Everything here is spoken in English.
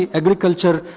agriculture